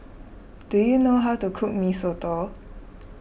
do you know how to cook Mee Soto